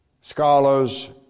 scholars